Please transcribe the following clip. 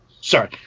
Sorry